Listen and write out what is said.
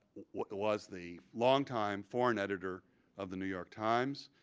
was the longtime foreign editor of the new york times.